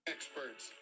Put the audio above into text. Experts